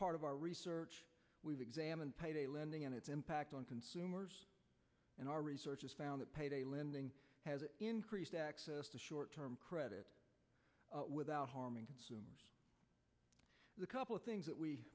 part of our research we've examined payday lending and its impact on consumers and our research has found a payday lending has increased access to short term credit without harming the couple of things that we